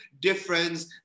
difference